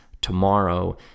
tomorrow